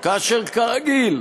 כאשר כרגיל